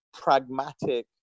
pragmatic